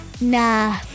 Nah